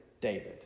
David